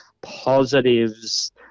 positives